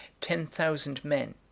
ten thousand men,